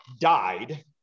died